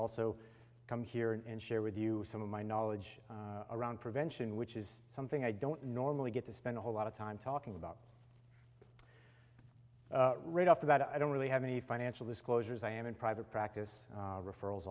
also come here and share with you some of my knowledge around prevention which is something i don't normally get to spend a whole lot of time talking about right off the bat i don't really have any financial disclosures i am in private practice referrals